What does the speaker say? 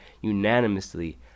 unanimously